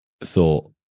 thought